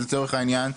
לצורך העניין,